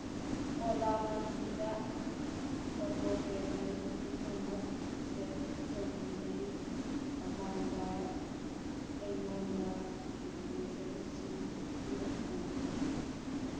ꯑꯣꯂꯥ ꯃꯅꯤꯗ auto payment ꯄꯨꯝꯅꯃꯛ ꯁꯦꯠ ꯇꯧꯗ꯭ꯔꯤꯉꯩ ꯃꯃꯥꯡꯗ ꯑꯩꯉꯣꯟꯗ ꯅꯣꯇꯤꯐꯤꯀꯦꯁꯟꯁꯤꯡ ꯄꯤꯔꯛꯎ